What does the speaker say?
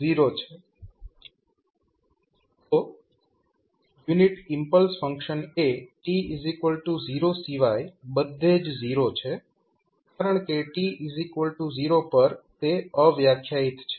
તો unit impulse function એ t0 સિવાય બધે જ 0 છે કારણકે t0 પર તે અવ્યાખ્યાયીત છે